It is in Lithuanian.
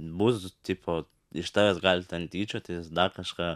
bus tipo iš tavęs gali ten tyčiotis dar kažką